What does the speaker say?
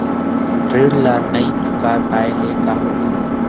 ऋण ला नई चुका पाय ले का होही?